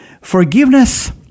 Forgiveness